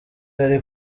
ari